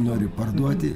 nori parduoti